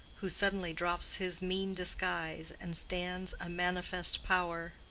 who suddenly drops his mean disguise and stands a manifest power.